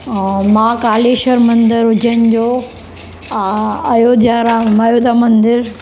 अ माकालेश्वर मंदरु उज्जैन जो अयोध्या जो राम अयोध्या मंदरु